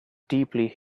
deeply